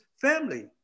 family